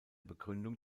begründung